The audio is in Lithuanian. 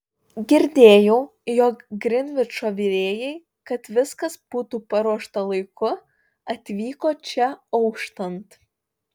girdėjau jog grinvičo virėjai kad viskas būtų paruošta laiku atvyko čia auštant